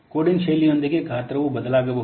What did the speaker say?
coding ಶೈಲಿಯೊಂದಿಗೆ ಗಾತ್ರವು ಬದಲಾಗಬಹುದು